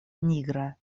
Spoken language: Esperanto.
nigra